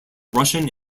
russian